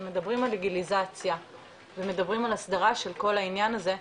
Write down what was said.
כשמדברים על לגליזציה ומדברים על הסדרה של כל העניין הזה,